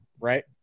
right